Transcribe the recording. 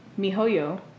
MiHoYo